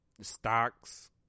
stocks